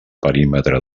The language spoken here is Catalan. perímetre